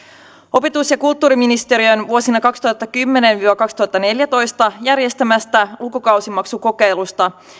opetus ja kulttuuriministeriön vuosina kaksituhattakymmenen viiva kaksituhattaneljätoista järjestämästä lukukausimaksukokeilusta